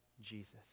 Jesus